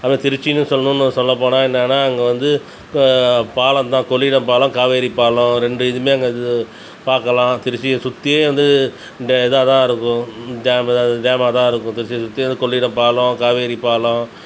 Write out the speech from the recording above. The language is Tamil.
அதுமாரி திருச்சின்னு சொல்லணும் சொல்லப் போனால் என்னென்னா அங்கே வந்து பாலம்தான் கொள்ளிடம் பாலம் காவேரி பாலம் ரெண்டு இதுவுமே அங்கே இது பார்க்கலாம் திருச்சியை சுற்றியும் வந்து இந்த இதாகதான் இருக்கும் டேமு தான் டேமாகதான் இருக்கும் திருச்சியை சுற்றியும் அந்த கொள்ளிடம் பாலம் காவேரி பாலம்